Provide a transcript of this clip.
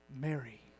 Mary